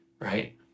right